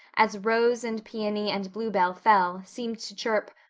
as rose and peony and bluebell fell, seemed to chirp,